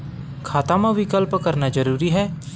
खाता मा विकल्प करना जरूरी है?